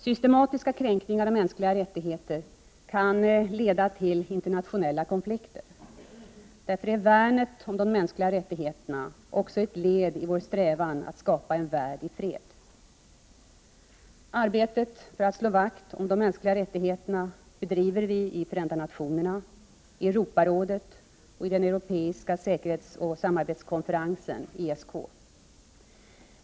Systematiska kränkningar av de mänskliga rättigheterna kan leda till internationella konflikter. Därför är värnet om de mänskliga rättigheterna också ett led i vår strävan att skapa en värld i fred. Arbetet för att slå vakt om de mänskliga rättigheterna bedriver vi i Förenta nationerna, i Europarådet och i den europeiska säkerhetsoch samarbetskonferensen, ESK.